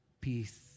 Peace